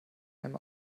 einem